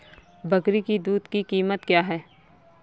बकरी की दूध की कीमत क्या है?